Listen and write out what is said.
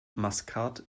maskat